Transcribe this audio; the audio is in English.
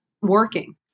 working